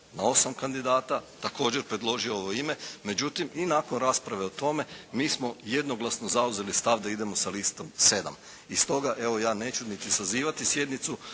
na 8 kandidata. Također predložio ovo ime. Međutim i nakon rasprave o tome mi smo jednoglasno zauzeli stav da idemo sa listom 7. I stoga evo ja neću niti sazivati sjednicu